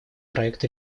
проект